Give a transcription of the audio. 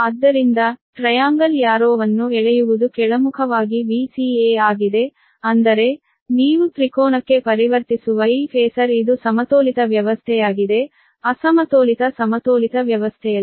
ಆದ್ದರಿಂದ ಟ್ರಯಾಂಗಲ್ ಯಾರೋವನ್ನು ಎಳೆಯುವುದು ಕೆಳಮುಖವಾಗಿ Vca ಆಗಿದೆ ಅಂದರೆ ನೀವು ತ್ರಿಕೋನಕ್ಕೆ ಪರಿವರ್ತಿಸುವ ಈ ಫೇಸರ್ ಇದು ಸಮತೋಲಿತ ವ್ಯವಸ್ಥೆಯಾಗಿದೆ ಅಸಮತೋಲಿತ ಸಮತೋಲಿತ ವ್ಯವಸ್ಥೆಯಲ್ಲ